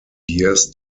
years